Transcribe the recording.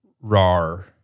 Rar